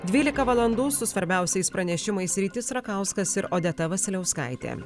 dvylika valandų su svarbiausiais pranešimais rytis rakauskas ir odeta vasiliauskaitė